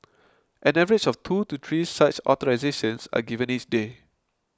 an average of two to three such authorisations are given each day